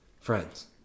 friends